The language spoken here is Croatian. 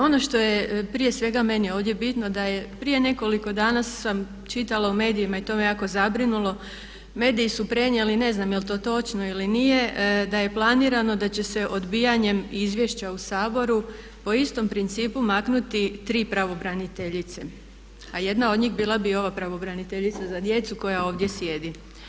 Ono što je prije svega meni ovdje bitno da je prije nekoliko dana sam čitala u medijima i to me jako zabrinulo, mediji su prenijeli ne znam je li to točno ili nije da je planirano da će se odbijanjem izvješća u Saboru po istom principu maknuti tri pravobraniteljice a jedna od njih bila bi i ova pravobraniteljica za djecu koja ovdje sjedi.